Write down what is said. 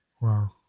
Wow